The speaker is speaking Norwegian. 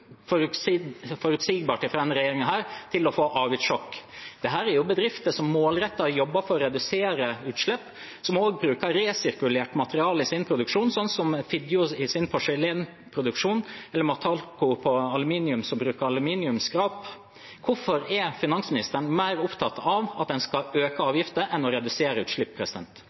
til å få forutsigbarhet og avgiftssjokk fra denne regjeringen. Dette er bedrifter som målrettet jobber for å redusere utslipp, og som også bruker resirkulert materiale i sin produksjon – som Figgjo i sin porselensproduksjon eller Metallco, som bruker aluminiumsskrap. Hvorfor er finansministeren mer opptatt av at man skal øke avgifter enn av å redusere utslipp?